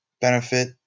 benefit